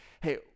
hey